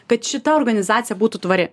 kad šita organizacija būtų tvari